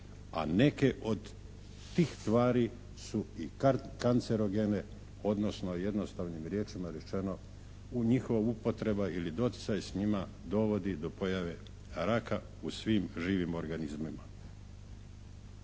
a neke od tih tvari su i kancerogene, odnosno jednostavnim riječima rečeno u njihovoj upotrebi ili doticaju s njima dovodi do pojave raka u svim živim organizmima.